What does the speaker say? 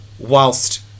whilst